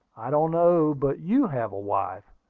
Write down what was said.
i don't know but you have a wife.